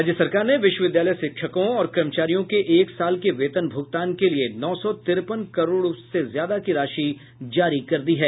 राज्य सरकार ने विश्वविद्यालय शिक्षकों और कर्मचारियों के एक साल के वेतन भूगतान के लिए नौ सौ तिरपन करोड़ से ज्यादा की राशि जारी कर दी है